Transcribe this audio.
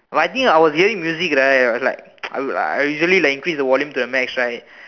but I think I was hearing music right like I usually increase the volume to the max right